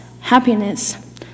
happiness